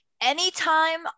anytime